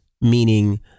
meaning